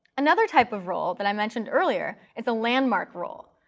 another type of role that i mentioned earlier is a landmark role.